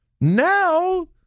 Now